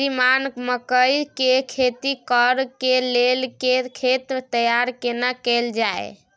श्रीमान मकई के खेती कॉर के लेल खेत तैयार केना कैल जाए?